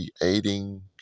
creating